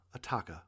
Ataka